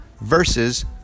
versus